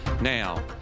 Now